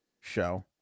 show